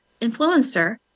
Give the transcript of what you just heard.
influencer